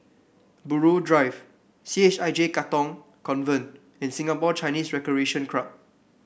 Buroh Drive C H I J Katong Convent and Singapore Chinese Recreation Club